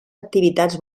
activitats